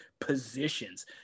positions